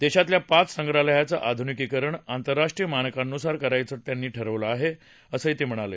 देशातल्या पाच संप्रहालयांच आधुनिकीकरण आंतरराष्ट्रीय मानकांनुसार करायचं सरकारनं ठरवलं आहे असं ते म्हणाले